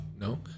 No